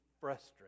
frustrated